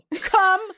come